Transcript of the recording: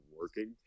working